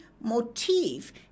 motif